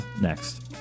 next